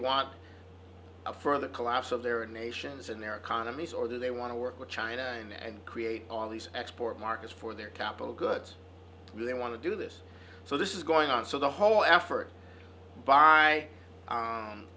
want a further collapse of their nations and their economies or they want to work with china and create all these export markets for their capital goods really want to do this so this is going on so the whole effort by